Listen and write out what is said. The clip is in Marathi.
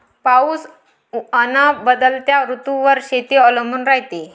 पाऊस अन बदलत्या ऋतूवर शेती अवलंबून रायते